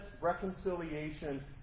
reconciliation